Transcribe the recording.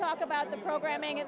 talk about the programming